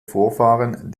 vorfahren